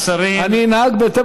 אני אנהג בהתאם